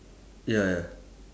ya ya